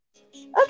Okay